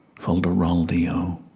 fol-de-rol-di-oh